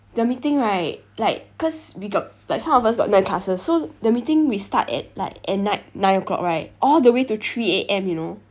the meeting right like cause we got like some of us got night classes so the meeting we start at like at night nine o'clock right all the way to three A_M you know